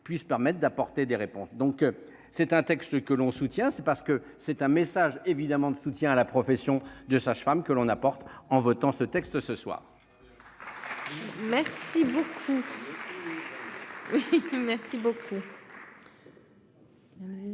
puissent permettent d'apporter des réponses, donc c'est un texte que l'on soutient, c'est parce que c'est un message évidemment de soutien à la profession de sage-femme, que l'on apporte en votant ce texte ce soir. Merci beaucoup.